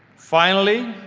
finally,